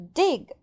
dig